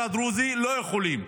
לא יכולים,